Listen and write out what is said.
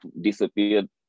disappeared